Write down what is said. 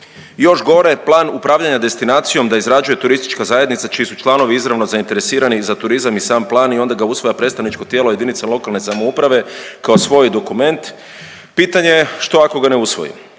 Još gore plan upravljanja destinacijom da izrađuje turistička zajednica čiji su članovi izravno zainteresirani za turizam i sam plan i onda ga usvaja predstavničko tijelo jedinica lokalne samouprave kao svoje dokument, pitanje je što ako ga ne usvoji.